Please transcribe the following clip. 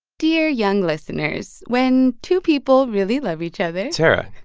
dear young listeners, when two people really love each other. sarah,